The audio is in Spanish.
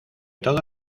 todo